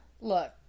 Look